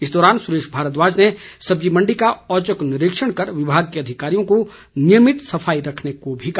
इस दौरान सुरेश भारद्वाज ने सब्जी मण्डी का औचक निरीक्षण कर विभाग के अधिकारियों को नियमित सफाई रखने को भी कहा